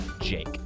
Jake